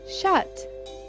shut